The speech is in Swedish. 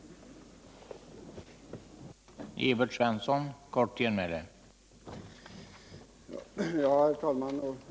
Återigen, herr talman, vill jag säga att den stora frågan i detta avseende är räntehöjningen.